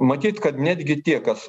matyt kad netgi tie kas